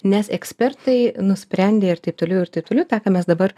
nes ekspertai nusprendė ir taip toliau ir taip toliau tą ką mes dabar